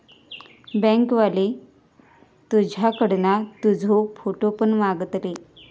bank वाले तुझ्याकडना तुजो फोटो पण मागतले